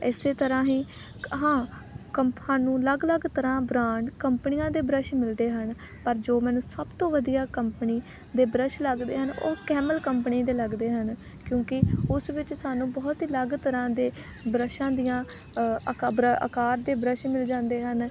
ਇਸ ਤਰ੍ਹਾਂ ਹੀ ਹਾਂ ਕ ਸਾਨੂੰ ਅਲੱਗ ਅਲੱਗ ਤਰ੍ਹਾਂ ਬ੍ਰਾਂਡ ਕੰਪਨੀਆਂ ਦੇ ਬ੍ਰੱਸ਼ ਮਿਲਦੇ ਹਨ ਪਰ ਜੋ ਮੈਨੂੰ ਸਭ ਤੋਂ ਵਧੀਆ ਕੰਪਨੀ ਦੇ ਬ੍ਰੱਸ਼ ਲੱਗਦੇ ਹਨ ਉਹ ਕੈਮਲ ਕੰਪਨੀ ਦੇ ਲੱਗਦੇ ਹਨ ਕਿਉਂਕਿ ਉਸ ਵਿੱਚ ਸਾਨੂੰ ਬਹੁਤ ਅਲੱਗ ਤਰ੍ਹਾਂ ਦੇ ਬ੍ਰੱਸ਼ਾਂ ਦੀਆਂ ਅਕਾ ਬ੍ਰੱ ਆਕਾਰ ਦੇ ਬ੍ਰੱਸ਼ ਮਿਲ ਜਾਂਦੇ ਹਨ